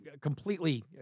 completely